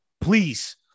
Please